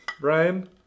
Brian